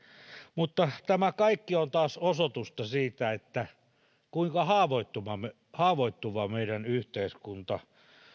mutta tämä kaikki on taas osoitusta siitä kuinka haavoittuva meidän yhteiskunta